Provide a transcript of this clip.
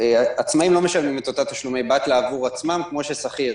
עצמאיים לא משלמים את אותם תשלומים עבור עצמם כמו שכיר.